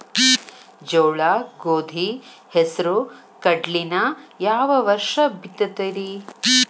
ಜೋಳ, ಗೋಧಿ, ಹೆಸರು, ಕಡ್ಲಿನ ಯಾವ ವರ್ಷ ಬಿತ್ತತಿರಿ?